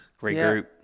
regroup